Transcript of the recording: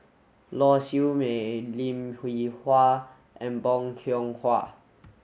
Lau Siew Mei Lim Hwee Hua and Bong Hiong Hwa